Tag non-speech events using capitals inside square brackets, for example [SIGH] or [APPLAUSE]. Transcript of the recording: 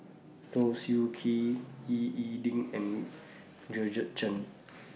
Low Siew K Ying E Ding and [NOISE] Georgette Chen